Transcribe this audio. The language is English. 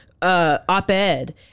Op-ed